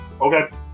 Okay